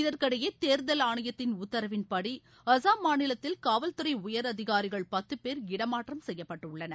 இதற்கிடையே தேர்தல் ஆணையத்தின் உத்தரவின்படி அசாம் மாநிலத்தில் காவல்துறை உயரதிகாரிகள் பத்து பேர் இடமாற்றம் செய்யப்பட்டுள்ளனர்